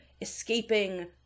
escaping